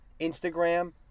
Instagram